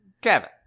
Kevin